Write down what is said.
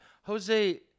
Jose